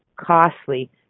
costly